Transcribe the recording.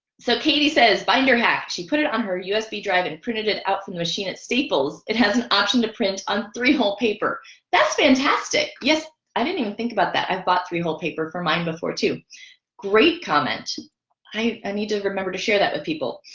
so katie says binder hack she put it on her usb drive and printed it out from the machine at staples it has an option to print three hall paper that's fantastic yes i didn't even think about that i bought three whole paper for mine before too great comment i i need to remember to share that with people